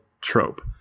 trope